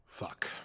Fuck